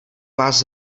vás